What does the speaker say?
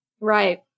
Right